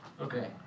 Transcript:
Okay